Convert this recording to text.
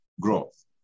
growth